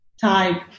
type